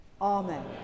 Amen